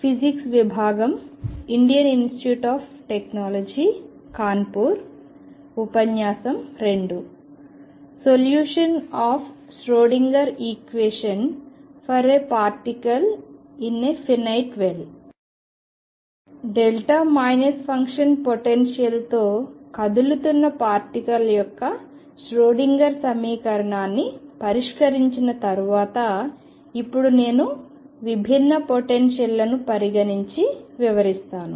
function పొటెన్షియల్తో కదులుతున్న particle యొక్క ష్రోడింగర్ సమీకరణాన్ని పరిష్కరించిన తరువాత ఇప్పుడు నేను విభిన్న పొటెన్షియల్ లను పరిగణించి వివరిస్తాను